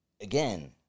again